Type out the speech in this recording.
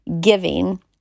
giving